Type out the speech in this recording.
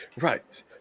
right